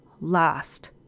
last